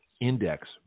index